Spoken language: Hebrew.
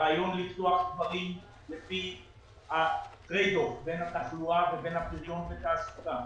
הרעיון לפתוח דברים לפי הטרייד אוף בין התחלואה ובין הפריון ותעסוקה.